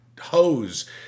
hose